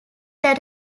that